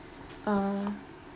uh